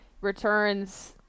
returns